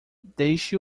deixe